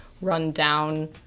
run-down